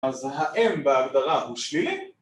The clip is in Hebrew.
‫אז ה-M בהגדרה הוא שלילי?